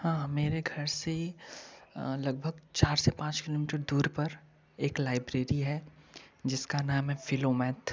हाँ मेरे घर से लगभग चार से पाँच किलो मीटर दूर पर एक लाइब्रेरी है जिसका नाम है फिलोमैथ